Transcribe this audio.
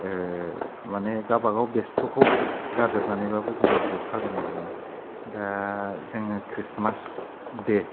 माने गाबागाव बेस्टखौ गारजोब नानैबाबो जोङो ज' फालियो दा जोङो ख्रिसमास्ट दे